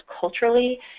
culturally